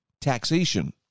Taxation